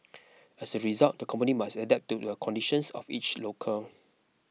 as a result the company must adapt to the conditions of each locale